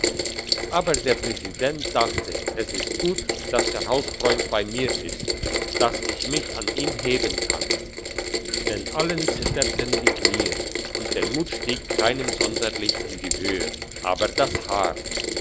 aber der präsident dachte es ist gut dass der hausfreund bei mir ist dass ich mich an ihm heben kann denn allen zitterten die kniee und der mut stieg keinem sonderlich in die höhe aber das haar